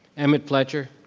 emmitt fletcher.